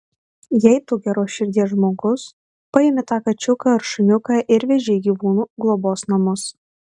jei tu geros širdies žmogus paimi tą kačiuką ar šuniuką ir veži į gyvūnų globos namus